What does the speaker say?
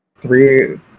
three